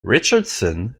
richardson